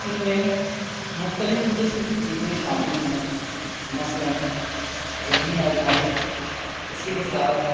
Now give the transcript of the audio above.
ان میں مختلف قسم کی چیزیں شامل ہیں مثلاً ذہنی آزمائش اسی کے ساتھ